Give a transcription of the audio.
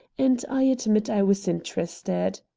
and i admit i was interested.